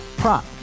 prop